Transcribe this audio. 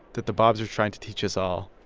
that the bobs are trying to teach us all.